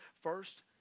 First